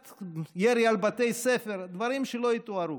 ירי על בתי ספר, דברים שלא יתוארו.